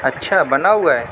اچھا بنا ہُوا ہے